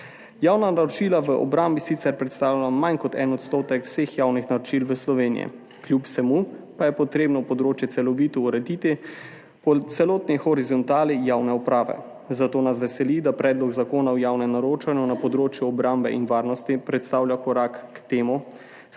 Javna naročila v obrambi sicer predstavljajo manj kot 1 % vseh javnih naročil v Sloveniji, kljub vsemu pa je treba področje celovito urediti po celotni horizontali javne uprave. Zato nas veseli, da predlog Zakona o javnem naročanju na področju obrambe in varnosti predstavlja korak k temu,